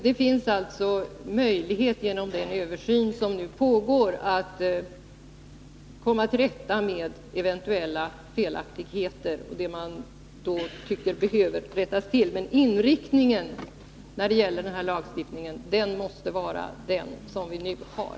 Det finns alltså möjlighet att genom den översyn som nu pågår komma till rätta med eventuella felaktigheter, som man anser behöver rättas till. Men inriktningen när det gäller denna lagstiftning måste vara den som vi nu har.